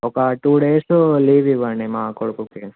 ఒక two days leave ఇవ్వండి మా కొడుకుకి